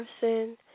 person